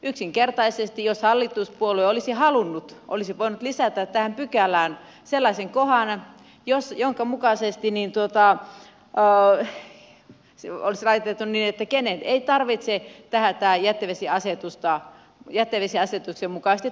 yksinkertaisesti jos hallituspuolue olisi halunnut olisi voinut lisätä tähän pykälään sellaisen kohdan jonka mukaisesti olisi laitettu kenen ei tarvitse tämän jätevesiasetuksen mukaisesti toimia